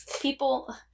people